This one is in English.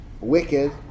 wicked